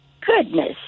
goodness